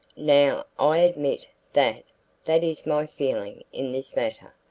now, i admit that that is my feeling in this matter,